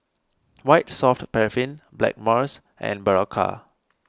White Soft Paraffin Blackmores and Berocca